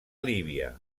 líbia